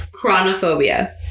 chronophobia